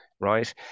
Right